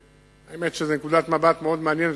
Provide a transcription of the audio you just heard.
האמת היא שזו נקודת מבט מאוד מעניינת,